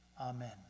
Amen